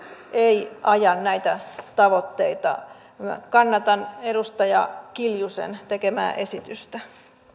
ei aja näitä tavoitteita kannatan edustaja kiljusen tekemää esitystä